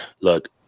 look